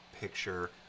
picture